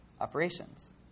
operations